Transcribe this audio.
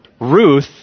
Ruth